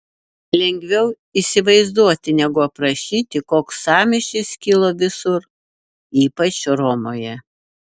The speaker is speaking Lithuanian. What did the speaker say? lengviau įsivaizduoti negu aprašyti koks sąmyšis kilo visur ypač romoje